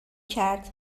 کرد